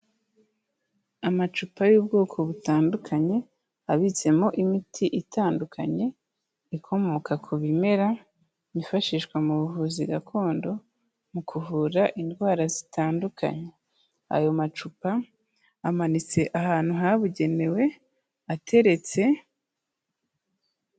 Amacupa y'ubwoko butandukanye, abitsemo imiti itandukanye, ikomoka ku bimera, byifashishwa mu buvuzi gakondo mu kuvura indwara zitandukanye, ayo macupa amanitse ahantu habugenewe, ateretse.